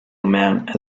amount